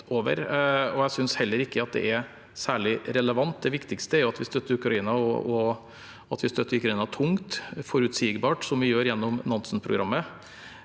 jeg synes heller ikke at det er særlig relevant. Det viktigste er at vi støtter Ukraina, og at vi støtter Ukraina tungt og forutsigbart, som vi gjør gjennom Nansen-programmet.